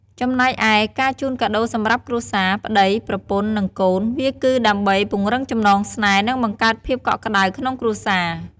ចំណែកឯ ការជូនកាដូរសម្រាប់គ្រួសារ (ប្ដី/ប្រពន្ធ និងកូន) វាគឺដើម្បីពង្រឹងចំណងស្នេហ៍ និងបង្កើតភាពកក់ក្តៅក្នុងគ្រួរសារ។